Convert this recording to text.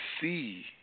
see